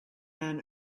man